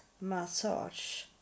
massage